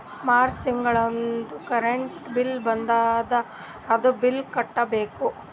March ತಿಂಗಳದೂ current bill ಬಂದದ, ಅದೂ ಬಿಲ್ ಕಟ್ಟಬೇಕ್